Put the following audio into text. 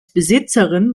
besitzerin